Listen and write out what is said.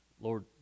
Lord